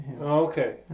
okay